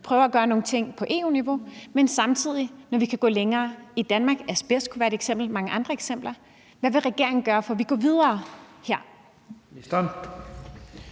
kan prøve at gøre nogle ting på EU-niveau, men vi kan samtidig gå længere i Danmark. Asbest kunne være et eksempel, og der er mange andre eksempler. Hvad vil regeringen gøre, for at vi her